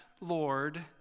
Lord